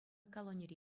колонире